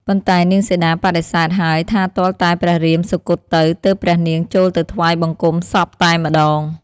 ប៉ុន្តែនាងសីតាបដិសេធហើយថាទាល់តែព្រះរាមសុគតទៅ ទើបព្រះនាងចូលទៅថ្វាយបង្គំសពតែម្តង។